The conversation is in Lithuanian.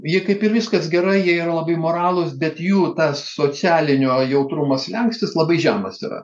jie kaip ir viskas gerai jie yra labai moralūs bet jų tas socialinio jautrumo slenkstis labai žemas yra